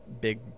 big